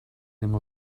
dem